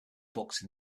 books